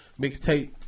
Mixtape